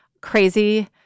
crazy